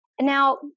Now